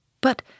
But